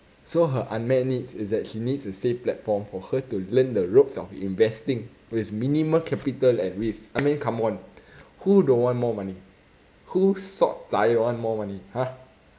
so her unmet needs is that she needs a safe platform for her to learn the ropes of investing with minimum capital and risk I mean come on who don't want more money who sot zai want more money ah